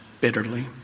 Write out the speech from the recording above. bitterly